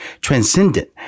transcendent